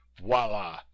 voila